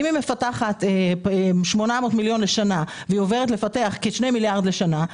אם היא מפתחת 800 מיליון לשנה ועוברת לפתח 2 מיליארד לשנה,